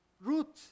root